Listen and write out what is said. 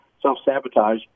self-sabotage